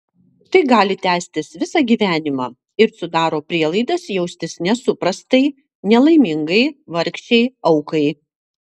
tai gali tęstis visą gyvenimą ir sudaro prielaidas jaustis nesuprastai nelaimingai vargšei aukai